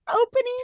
Opening